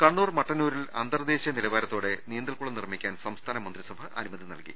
കണ്ണൂർ മട്ടന്നൂരിൽ അന്തർദ്ദേശീയ നിലവാരത്തോടെ നീന്തൽക്കുളം നിർമ്മിക്കാൻ സംസ്ഥാന മന്ത്രിസഭ അനുമതി നൽകി